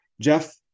jeff